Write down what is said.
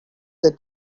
they